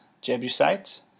Jebusites